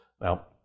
Now